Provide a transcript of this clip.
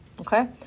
Okay